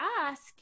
ask